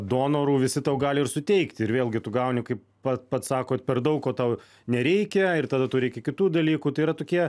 donorų visi tau gali ir suteikt ir vėlgi tu gauni kaip pat pats sakot per daug ko tau nereikia ir tada tau reikia kitų dalykų tai yra tokie